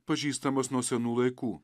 pažįstamas nuo senų laikų